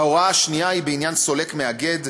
ההוראה השנייה היא בעניין סולק מאגד,